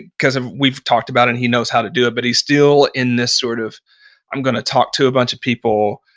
because um we've talked about it and he knows how to do it, but he's still in this sort of i'm going to talk to a bunch of people,